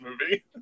movie